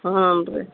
ಹ್ಞೂ ರೀ